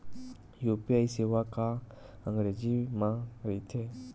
UPI सेवा का अंग्रेजी मा रहीथे?